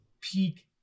peak